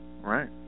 right